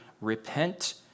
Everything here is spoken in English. repent